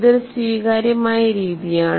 ഇതൊരു സ്വീകാര്യമായ രീതിയാണ്